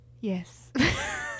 Yes